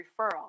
referral